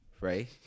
right